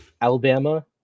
Alabama